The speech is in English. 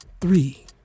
Three